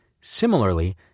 Similarly